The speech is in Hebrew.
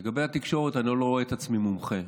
לגבי התקשורת, אני לא רואה את עצמי מומחה.